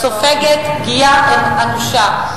סופג פגיעה אנושה.